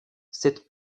cette